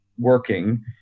Working